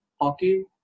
hockey